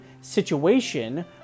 situation